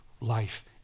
life